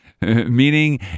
Meaning